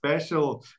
Special